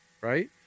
right